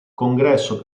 congresso